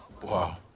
wow